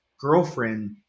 girlfriend